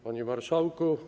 Panie Marszałku!